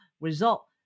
result